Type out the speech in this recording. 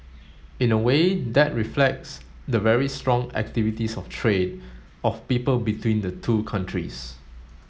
in a way that reflects the very strong activities of trade of people between the two countries